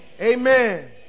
Amen